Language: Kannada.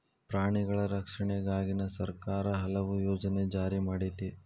ಪ್ರಾಣಿಗಳ ರಕ್ಷಣೆಗಾಗಿನ ಸರ್ಕಾರಾ ಹಲವು ಯೋಜನೆ ಜಾರಿ ಮಾಡೆತಿ